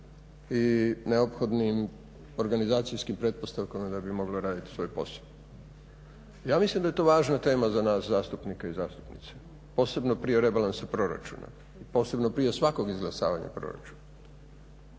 i neophodnim organizacijskim pretpostavkama da bi moglo raditi svoj posao. Ja mislim da je to važna tema za nas zastupnike i zastupnice, posebno prije rebalansa proračuna i posebno prije svakog izglasavanja proračuna.